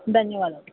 ధన్యవాదాలు